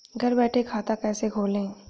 घर बैठे खाता कैसे खोलें?